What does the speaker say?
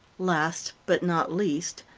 last, but not least,